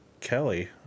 Kelly